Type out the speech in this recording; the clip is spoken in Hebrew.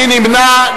מי נמנע?